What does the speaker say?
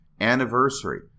anniversary